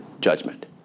judgment